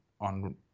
on